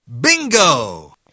bingo